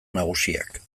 nagusiak